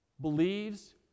believes